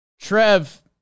Trev